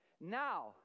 now